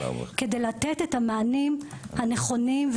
כדי לתת את המענים הנכונים,